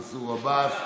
מנסור עבאס.